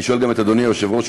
אני שואל גם את אדוני היושב-ראש,